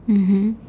mmhmm